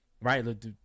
Right